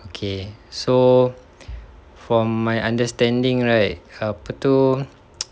okay so from my understanding right apa tu